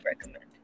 recommend